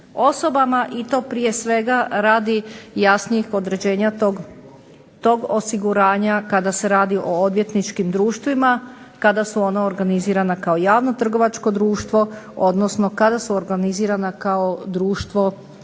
osobama, i to prije svega radi jasnijeg pojašnjenja tog osiguranja kada se radi o odvjetničkim društvima, kada su ona organizirana kao javno trgovačko društvo, odnosno kada su organizirana kao društvo